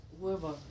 whoever